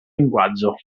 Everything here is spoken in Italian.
linguaggio